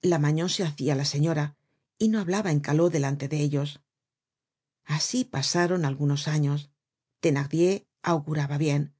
la magnon se hacia la señora y no hablaba en caló delante de ellos asi pasaron algunos años thenardier auguraba bien